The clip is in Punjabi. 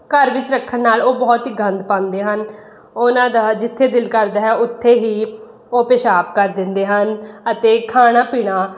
ਘਰ ਵਿੱਚ ਰੱਖਣ ਨਾਲ਼ ਉਹ ਬਹੁਤ ਹੀ ਗੰਦ ਪਾਉਂਦੇ ਹਨ ਉਹਨਾਂ ਦਾ ਜਿੱਥੇ ਦਿਲ ਕਰਦਾ ਹੈ ਉੱਥੇ ਹੀ ਉਹ ਪਿਸ਼ਾਬ ਕਰ ਦਿੰਦੇ ਹਨ ਅਤੇ ਖਾਣਾ ਪੀਣਾ